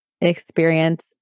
experience